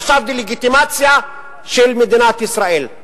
עכשיו דה-לגיטימציה של מדינת ישראל.